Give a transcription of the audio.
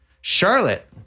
Charlotte